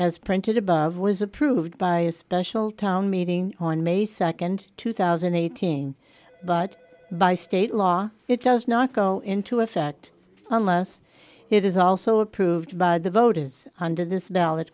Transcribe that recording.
as printed above was approved by a special town meeting on may nd two thousand and eighteen but by state law it does not go into effect unless it is also approved by the voters under this bal